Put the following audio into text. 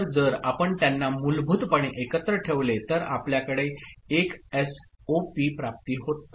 तर जर आपण त्यांना मूलभूतपणे एकत्र ठेवले तर आपल्याकडे एक एसओपी प्राप्ती आहे